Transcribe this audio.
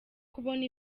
kubona